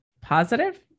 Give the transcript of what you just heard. positive